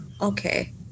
okay